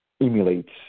emulates